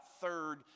third